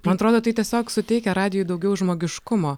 man atrodo tai tiesiog suteikia radijui daugiau žmogiškumo